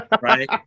Right